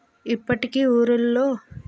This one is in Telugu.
ఇప్పటికీ ఊళ్ళల్లో